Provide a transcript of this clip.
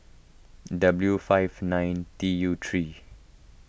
W five nine T U three